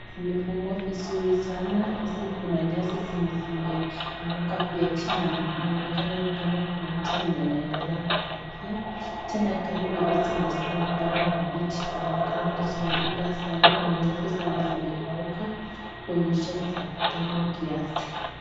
Imefungwa vizuri sana hizi kuna nyasi zenye zimeanguka pia chini, inaonekana ni kama kuna mtu mwenye anaendelea kufangia. Tena kando ya hizi nyasi bado ni mbichi zinaonekana tu zimefika saa hii, kuna nyasi zenye zimekauka kuonyesha ni za kitambo kiasi.